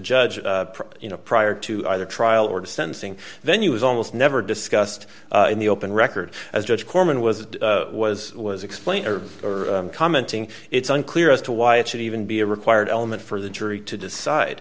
judge you know prior to either trial or dispensing venue is almost never discussed in the open record as judge korman was it was was explained or commenting it's unclear as to why it should even be a required element for the jury to decide